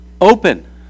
open